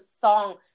song